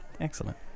excellent